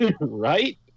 Right